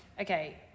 okay